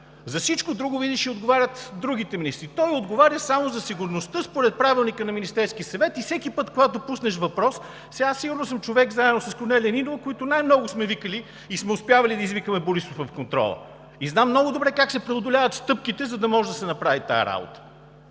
За всичко друго, видиш ли, отговарят другите министри – той отговаря само за сигурността според Правилника на Министерския съвет! И всеки път, когато пуснеш въпрос – сигурно с Корнелия Нинова сме хората, които най-много сме викали и сме успявали да извикаме Борисов в контрола. Знам много добре как се преодоляват стъпките, за да може да се направи тази работа.